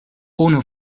unu